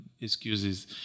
excuses